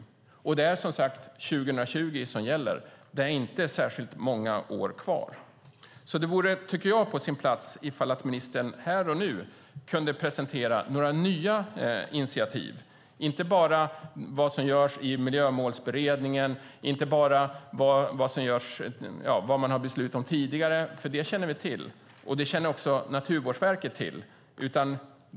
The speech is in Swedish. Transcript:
Det är 2020 som gäller, och det är inte särskilt många år kvar. Det vore på sin plats om ministern här och nu kan presentera nya initiativ, inte bara vad som görs i Miljömålsberedningen och vad som har beslutats om tidigare. Det känner vi till, och det känner också Naturvårdsverket till.